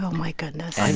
um my goodness.